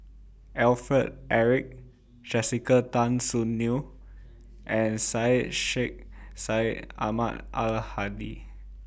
Alfred Eric Jessica Tan Soon Neo and Syed Sheikh Syed Ahmad Al Hadi